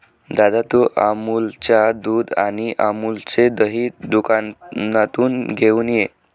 दादा, तू अमूलच्या दुध आणि अमूलचे दही दुकानातून घेऊन ये